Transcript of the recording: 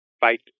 fight